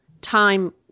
time